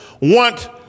want